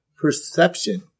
perception